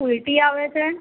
ઊલટી આવે છે